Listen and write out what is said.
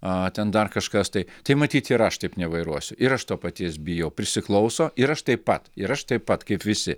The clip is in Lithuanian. a ten dar kažkas tai tai matyt ir aš taip nevairuosiu ir aš to paties bijau prisiklauso ir aš taip pat ir aš taip pat kaip visi